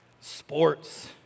sports